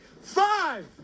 Five